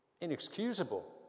inexcusable